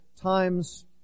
times